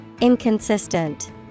Inconsistent